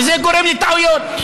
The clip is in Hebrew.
וזה גורם לטעויות.